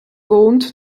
wohnt